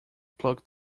plug